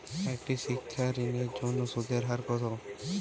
একটি শিক্ষা ঋণের জন্য সুদের হার কত?